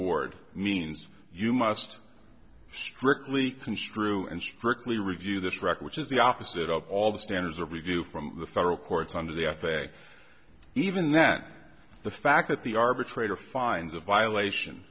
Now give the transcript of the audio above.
toward means you must strictly construe and strictly review this record which is the opposite of all the standards of review from the federal courts under the f a a even that the fact that the arbitrator finds a violation